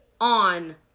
on